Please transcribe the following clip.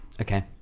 okay